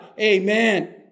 Amen